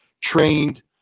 trained